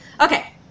okay